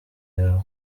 yawe